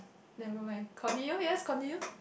never mind continue yes continue